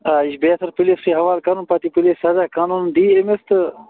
آ یہِ چھُ بہتر پُلیٖس سٕے حوال کَرُن پتہٕ یہِ پُلیٖس سزا قانون دِیہِ أمِس تہٕ